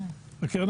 הקרן